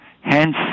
hence